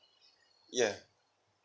ya